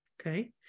okay